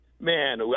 Man